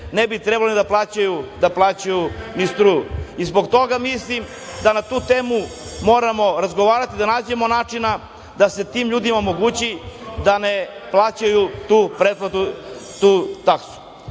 ne bi trebali da plaćaju ni struju. Zbog toga mislim da na tu temu moramo razgovarati da nađemo načina da se tim ljudima omogući da ne plaćaju tu